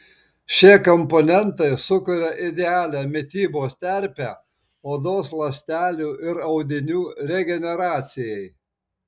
šie komponentai sukuria idealią mitybos terpę odos ląstelių ir audinių regeneracijai